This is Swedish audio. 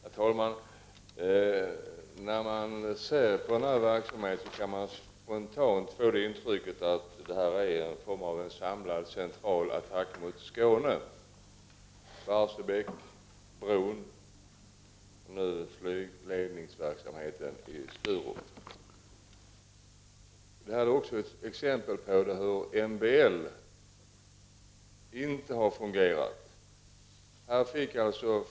Herr talman! När man studerar denna verksamhet kan man spontant få intrycket att det är en form av samlad, central attack mot Skåne — Barsebäck, brobyggnadsplanerna och nu flygledningsverksamheten på Sturup. Det här är också ett exempel på att MBL inte har fungerat.